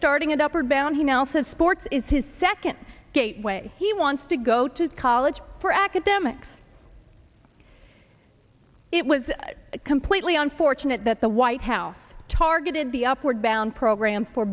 starting it up or down he now says sports is his second gateway he wants to go to college for academics it was completely unfortunate that the white house targeted the upward bound program for